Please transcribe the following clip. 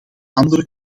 andere